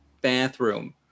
bathroom